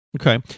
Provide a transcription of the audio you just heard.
Okay